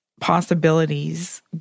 possibilities